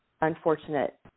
unfortunate